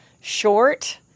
short